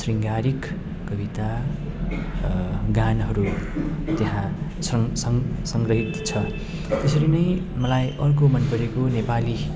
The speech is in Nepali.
शृङ्गारिक कविता गानाहरू त्यहाँ छन् सङ्ग्रहित छ त्यसरी नै मलाई अर्को मनपरेको नेपाली